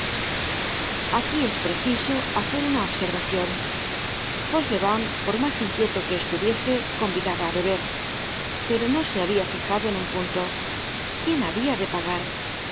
aquí es preciso hacer una observacion fauchelevent por mas inquieto que estuviese convidaba á beber pero no se habia fijado en un punto quién habia de pagar